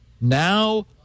now